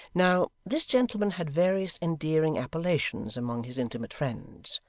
now, this gentleman had various endearing appellations among his intimate friends.